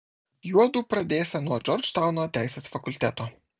juodu pradėsią nuo džordžtauno teisės fakulteto